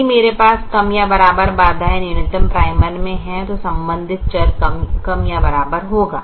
यदि मेरे पास कम या बराबर बाधाए न्यूनतम प्राइमल मे है तो संबंधित चर कम या बराबर होगा